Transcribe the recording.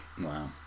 Wow